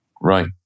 Right